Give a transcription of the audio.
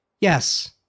Yes